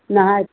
नहाए